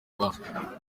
rwa